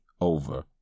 over